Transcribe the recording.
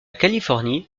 californie